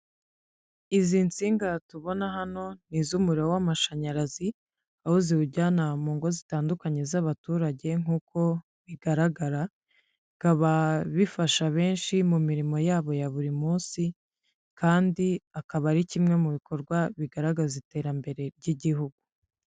Izi nsinga tubona hano ni iz'umuriro w'amashanyarazi aho ziwujyana mu ngo zitandukanye z'abaturage nk'uko bigaragara bikaba bifasha benshi mu mirimo yabo ya buri munsi kandi akaba ari kimwe mu bikorwa bigaragaza iterambere ry'igihugu.